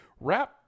wrap